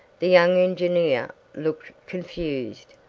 the young engineer looked confused.